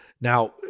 now